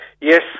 Yes